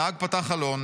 הנהג פתח חלון.